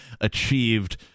achieved